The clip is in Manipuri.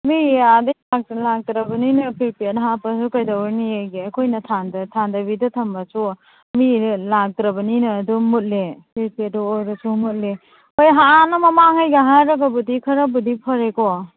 ꯃꯤ ꯑꯥꯗꯩ ꯂꯥꯛꯇ꯭ꯔꯕꯅꯤꯅ ꯄ꯭ꯔꯤꯄꯦꯗ ꯍꯥꯞꯄꯁꯨ ꯀꯩꯗꯧꯔꯨꯅꯤꯌꯦꯒꯦ ꯑꯩꯈꯣꯏꯅ ꯊꯥꯟꯗꯕꯤꯗ ꯊꯝꯂꯁꯨ ꯃꯤꯁꯦ ꯂꯥꯛꯇ꯭ꯔꯕꯅꯤꯅ ꯑꯗꯨꯝ ꯃꯨꯠꯂꯦ ꯄ꯭ꯔꯤꯄꯦꯗ ꯑꯣꯏꯔꯁꯨ ꯃꯨꯠꯂꯦ ꯑꯣ ꯍꯥꯟꯅ ꯃꯥꯡꯉꯩꯒ ꯍꯥꯏꯔꯒꯕꯨꯗꯤ ꯈꯔꯕꯨꯗꯤ ꯄꯔꯦꯀꯣ